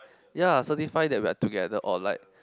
ya certify that we're together or like